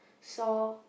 saw